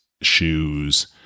shoes